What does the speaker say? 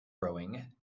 rowing